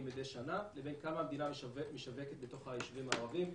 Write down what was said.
מידי שנה לבין כמה המדינה משווקת בתוך היישובים הערביים,